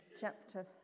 chapter